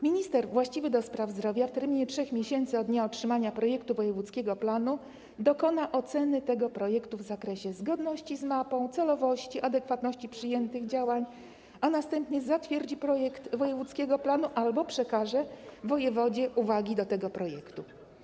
Minister właściwy do spraw zdrowia w terminie 3 miesięcy od dnia otrzymania projektu wojewódzkiego planu dokona oceny tego projektu w zakresie zgodności z mapą, celowości, adekwatności przyjętych działań, a następnie zatwierdzi projekt wojewódzkiego planu albo przekaże wojewodzie uwagi do tego projektu.